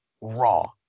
Raw